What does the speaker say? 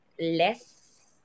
less